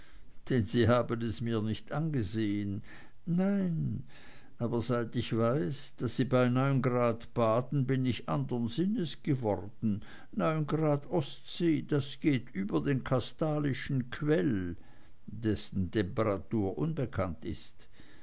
sie haben es mir nicht angesehen nein aber seit ich weiß daß sie bei neun grad baden bin ich anderen sinnes geworden neun grad ostsee das geht über den kastalischen quell dessen temperatur unbekannt ist